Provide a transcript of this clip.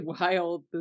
wild